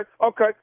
okay